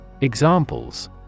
Examples